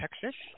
Texas